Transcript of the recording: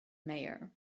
mayor